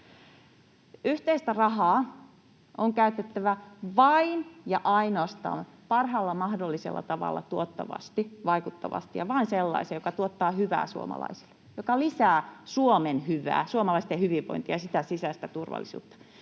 Yhteistä rahaa on käytettävä vain ja ainoastaan parhaalla mahdollisella tavalla tuottavasti, vaikuttavasti ja vain sellaiseen, joka tuottaa hyvää suomalaisille ja joka lisää Suomen hyvää, suomalaisten hyvinvointia ja sitä sisäistä turvallisuutta.